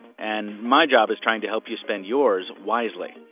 and my job is trying to help you spend yours wisely.